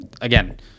again